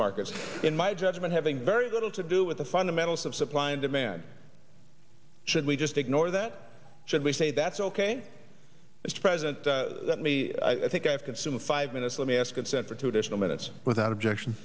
markets in my judgment having very little to do with the fundamentals of supply and demand should we just ignore that should we say that's ok mr president let me i think i've consumed five minutes let me ask unsent for two additional minutes without objection